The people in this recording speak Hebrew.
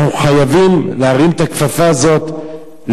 אנחנו חייבים להרים את הכפפה הזאת,